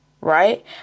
right